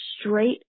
straight